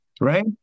right